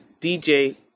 DJ